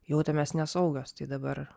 jautėmės nesaugios tai dabar